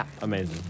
Amazing